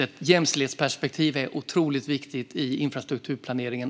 Ett jämställdhetsperspektiv är otroligt viktigt också i infrastrukturplaneringen.